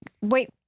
Wait